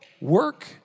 Work